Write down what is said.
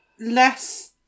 less